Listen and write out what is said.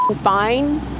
fine